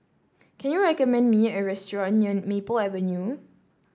can you recommend me a restaurant near Maple Avenue